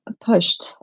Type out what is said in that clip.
pushed